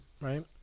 right